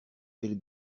elle